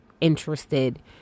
interested